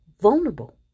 vulnerable